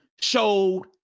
showed